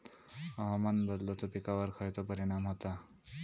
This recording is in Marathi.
हवामान बदलाचो पिकावर खयचो परिणाम होता?